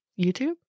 YouTube